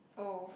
oh